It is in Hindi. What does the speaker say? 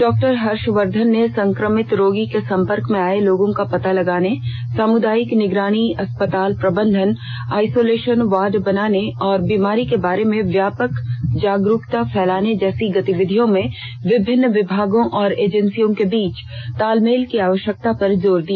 डॉक्टर हर्षवर्धन ने संक्रमित रोगी के संपर्क में आये लोगों का पता लगाने सामुदायिक निगरानी अस्पताल प्रबंधन आइसोलेशन वार्ड बनाने और बीमारी के बारे में व्यापक जागरूकता फैलाने जैसी गतिविधियों में विभिन्न विभागों और एजेंसियों के बीच तालमेल की आवश्यकता पर जोर दिया